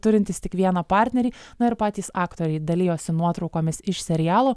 turintys tik vieną partnerį na ir patys aktoriai dalijosi nuotraukomis iš serialo